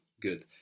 Good